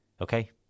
Okay